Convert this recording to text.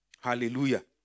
Hallelujah